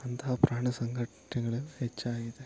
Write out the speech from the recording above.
ಅಂತಹ ಪ್ರಾಣ ಸಂಘಟನೆಗಳು ಹೆಚ್ಚಾಗಿದೆ